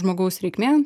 žmogaus reikmėm